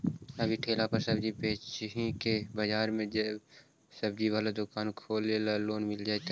अभी ठेला पर सब्जी बेच ही का बाजार में ज्सबजी बाला दुकान खोले ल लोन मिल जईतै?